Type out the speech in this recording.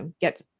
get